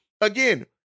again